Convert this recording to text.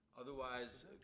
Otherwise